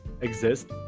exist